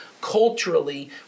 Culturally